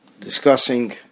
discussing